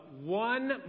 one